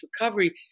recovery